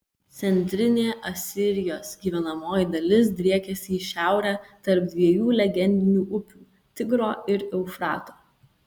centrinė asirijos gyvenamoji dalis driekėsi į šiaurę tarp dviejų legendinių upių tigro ir eufrato